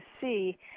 see